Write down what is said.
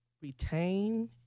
retain